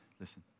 Listen